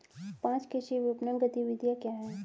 पाँच कृषि विपणन गतिविधियाँ क्या हैं?